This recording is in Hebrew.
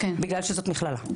בגלל שזו מכללה.